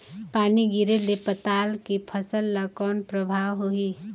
पानी गिरे ले पताल के फसल ल कौन प्रभाव होही?